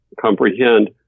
comprehend